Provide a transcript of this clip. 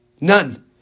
None